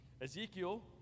Ezekiel